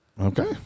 Okay